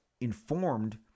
informed